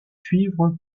suivre